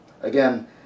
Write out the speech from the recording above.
Again